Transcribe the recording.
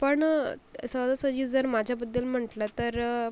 पण सहजासहजी जर माझ्याबद्दल म्हटलं तर